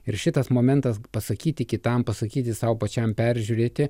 ir šitas momentas pasakyti kitam pasakyti sau pačiam peržiūrėti